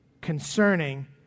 concerning